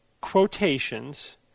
quotations